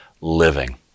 living